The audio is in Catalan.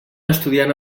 estudiant